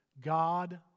God